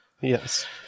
yes